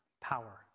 power